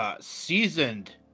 seasoned